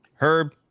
Herb